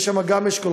יש שם גם אשכולות.